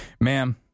Ma'am